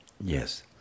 Yes